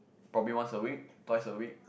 probably once a week twice a week